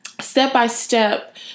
step-by-step